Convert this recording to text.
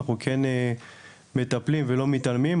אנחנו כן מטפלים ולא מתעלמים.